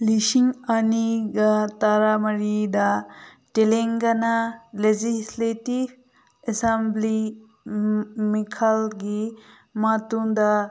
ꯂꯤꯁꯤꯡ ꯑꯅꯤꯒ ꯇꯔꯥꯃꯔꯤꯗ ꯇꯦꯂꯪꯒꯅꯥ ꯂꯦꯖꯤꯁꯂꯦꯇꯤꯞ ꯑꯦꯁꯦꯝꯕ꯭ꯂꯤ ꯃꯤꯈꯜꯒꯤ ꯃꯇꯨꯡꯗ